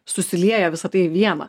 susilieja visa tai į vieną